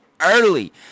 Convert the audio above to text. early